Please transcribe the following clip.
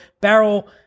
Barrel